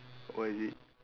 what is it